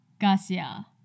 Garcia